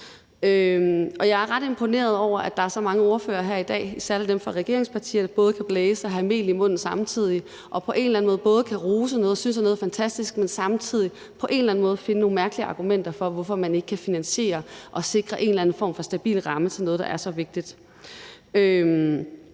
Jeg er ret imponeret over, at der er så mange ordførere her i dag, særlig dem fra regeringspartierne, der både kan blæse og have mel i munden og både kan rose noget og synes, at noget er fantastisk, men samtidig på en eller anden måde kan finde nogle mærkelige argumenter for, hvorfor man ikke kan finansiere det og sikre en eller anden form for stabil ramme til noget, der er så vigtigt.